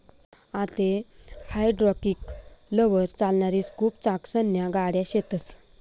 आते हायड्रालिकलवर चालणारी स्कूप चाकसन्या गाड्या शेतस